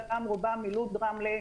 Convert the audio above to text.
רובם מלוד-רמלה.